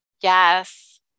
yes